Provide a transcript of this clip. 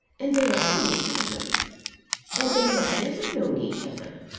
and they are only cousins and they have never known each other!